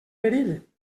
perill